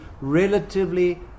relatively